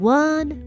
one